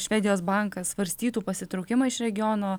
švedijos bankas svarstytų pasitraukimą iš regiono